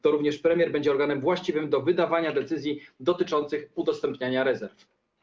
To również premier będzie organem właściwym do wydawania decyzji dotyczących udostępniania rezerw.